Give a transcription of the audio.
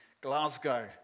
Glasgow